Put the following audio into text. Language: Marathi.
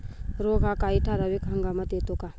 रोग हा काही ठराविक हंगामात येतो का?